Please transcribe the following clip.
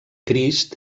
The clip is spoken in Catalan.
crist